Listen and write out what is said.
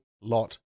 lot